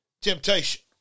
temptation